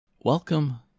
Welcome